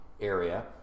area